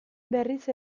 berriz